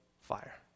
fire